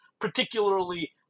particularly